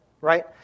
right